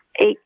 eight